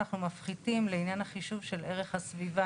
איזה ערך סביבה,